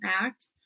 act